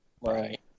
Right